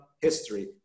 history